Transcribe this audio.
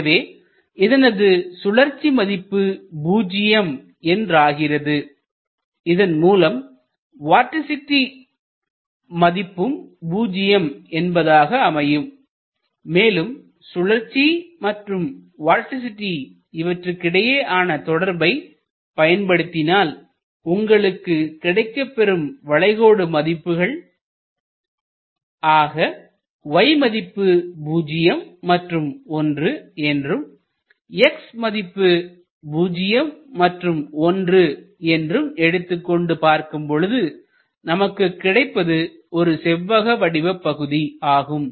எனவே இதனது சுழற்சி மதிப்பு பூஜ்யம் என்றாகிறது இதன்மூலம் வார்டிசிட்டி மதிப்பும் பூஜ்ஜியம் என்பதாக அமையும் மேலும் சுழற்சி மற்றும் வார்டிசிட்டி இவற்றிற்கிடையேயான தொடர்பை பயன்படுத்தினால் உங்களுக்கு கிடைக்கப்பெறும் வளைகோடு மதிப்புகள் ஆக y மதிப்பு பூஜ்ஜியம் மற்றும் ஒன்று என்றும் x மதிப்பு பூஜ்ஜியம் மற்றும் ஒன்று என்றும் எடுத்துக்கொண்டு பார்க்கும் பொழுது நமக்கு கிடைப்பது ஒரு செவ்வக வடிவபகுதி ஆகும்